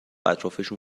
اطرافشون